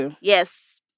Yes